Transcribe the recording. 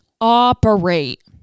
operate